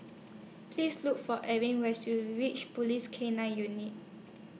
Please Look For Arie when YOU REACH Police K nine Unit